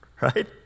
Right